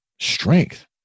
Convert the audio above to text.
strength